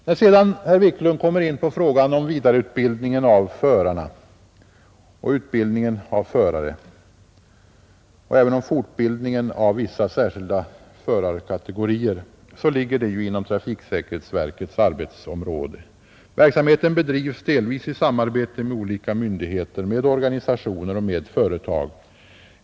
När herr Wiklund sedan kom in på utbildningen och vidareutbildningen av förare samt fortbildning av vissa förarkategorier, så ligger ju även det inom trafiksäkerhetsverkets arbetsområde. Verksamheten be drivs delvis i samarbete med olika myndigheter, med organisationer och med företag.